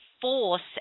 force